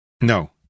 no